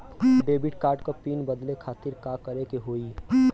Debit card क PIN बदले खातिर का करेके होई?